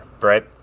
right